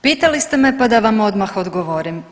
Pitali ste me pa da vam odmah odgovorim.